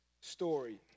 story